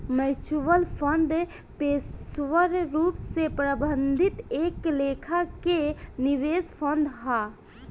mutual fund पेशेवर रूप से प्रबंधित एक लेखा के निवेश फंड हा